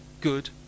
good